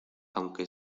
aunque